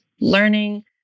learning